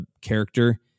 character